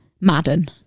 madden